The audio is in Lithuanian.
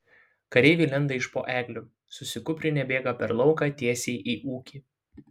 kareiviai lenda iš po eglių susikūprinę bėga per lauką tiesiai į ūkį